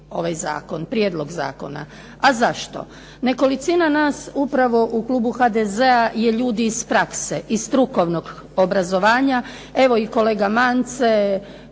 podržati prijedlog ovoga zakona. A zašto? Nekolicina nas upravo u klubu HDZ-a je ljudi iz prakse, iz strukovnog obrazovanja, evo i kolega Mance,